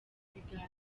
biganiro